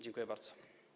Dziękuję bardzo.